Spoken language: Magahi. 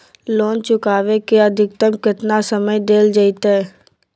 लोन चुकाबे के अधिकतम केतना समय डेल जयते?